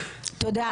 תודה.